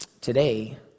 Today